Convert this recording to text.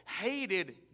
hated